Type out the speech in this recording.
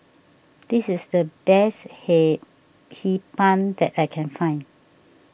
this is the best Hee Pan that I can find